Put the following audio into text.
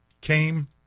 came